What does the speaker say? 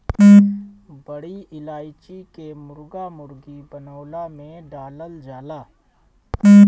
बड़ी इलायची के मुर्गा मुर्गी बनवला में डालल जाला